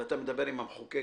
ואתה מדבר עם המחוקק